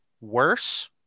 worse